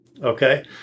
Okay